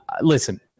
listen